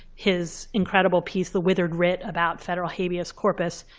his incredible piece, the withered writ, about federal habeas corpus.